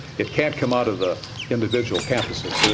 it can't come out of the individual campuses,